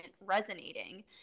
resonating